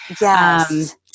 Yes